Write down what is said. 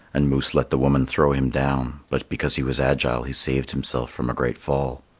and moose let the woman throw him down, but because he was agile he saved himself from a great fall.